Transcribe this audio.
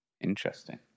interesting